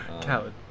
Coward